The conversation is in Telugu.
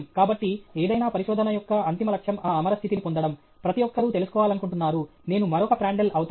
కాబట్టి ఏదైనా పరిశోధన యొక్క అంతిమ లక్ష్యం ఆ అమర స్థితిని పొందడం ప్రతి ఒక్కరూ తెలుసుకోవాలనుకుంటున్నారు నేను మరొక ప్రాండ్ట్ల్ అవుతానా